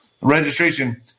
registration